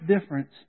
difference